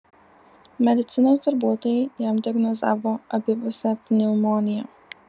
medicinos darbuotojai jam diagnozavo abipusę pneumoniją